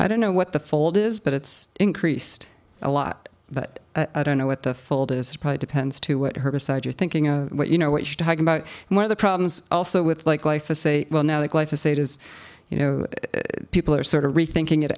i don't know what the fold is but it's increased a lot but i don't know what the fold is probably depends to what herbicide you're thinking of what you know what you're talking about one of the problems also with like life is say well now that life is safe as you know people are sort of rethinking it